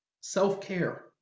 Self-care